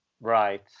Right